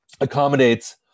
accommodates